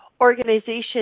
organization